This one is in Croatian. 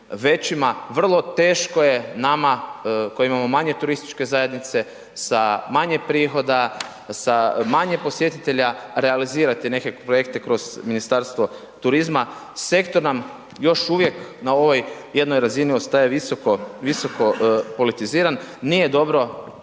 vrlo teško je nama koji imamo manje turističke zajednice sa manje prihoda, sa manje posjetitelja, realizirat neke projekte kroz Ministarstvo turizma, sektor nam još uvijek na ovoj jednoj razini ostaje visoko, visoko politiziran, nije dobro